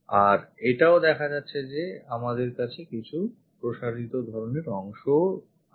আর এটাও দেখা যাচ্ছে যে আমাদের কাছে কিছু প্রসারিত ধরনের অংশ আছে